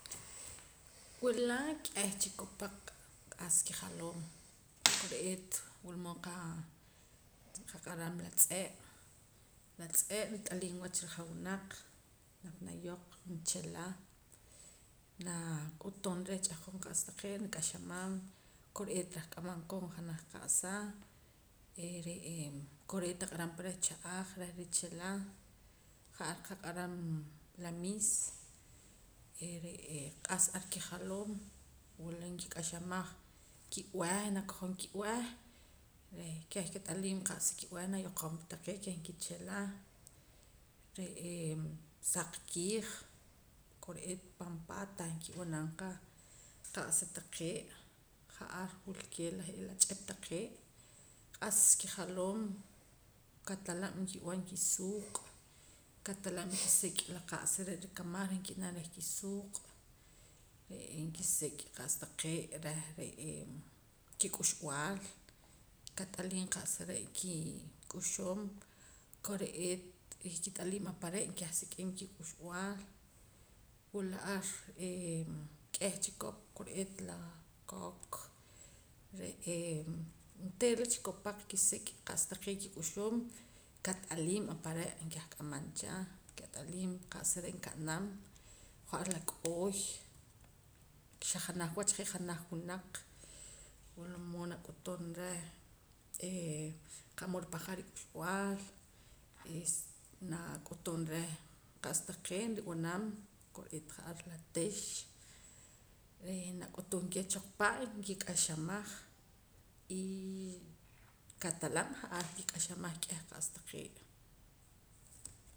Wula k'eh chikopaq q'as kijaloom kore'eet qaq'aram la tz'e' la tz'e' rit'aliim wach rijawunaaq naq nayoq nchila naa k'utum reh ch'ahqon qa'sa taqee' reh rik'axamam kore'eet rah k'amam kooj janaj qa'sa re'ee kore'eet naq'aram pa reh cha'aj reh richila ja'ar qaq'aram la miis ee re'ar q'as kijaloom wula nkik'axamaj kib'eh nakojom kib'eh reh keh kat'aliim qa'sa kib'eh nayoqom pa taqee' keh nkichila re'ee saq kiij kore'eet pan paat tah kib'anam qa qa'sa taqee' ja'ar wulkee' je' la ch'ip taqee' q'as kijaloom katalab' nkib'an kisuuq' katalab' nkisik' qa'sa taqee' reh re'ee kik'uxb'aal kat'aliim qa'sa re' kik'uxum kore'eet reh kat'aliim ahpare' nkaj sik'im kik'uxb'aal wula ar k'eh chikop kore'eet la kok re'ee onteera la chikopaq kisik' qa'sa taqee' kik'uxum kat'aliim apare' kah k'amamcha kat'aliim qa'sa re' nka'nam ja'ar la k'ooy xa janaj wach je' janaj wunaq wula mood nak'utum reh ee qa'mood ripahqaam rik'uxb'aal es nak'utum reh qa'sa taqee' nrub'anam kore'eet ja'ar la tix eh nak'utum keh choqpa' nkik'axamaj y katalab' ja'ar nkik'axamaj k'eh qa'sa taqee'